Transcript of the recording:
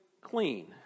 clean